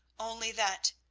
only that,